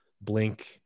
Blink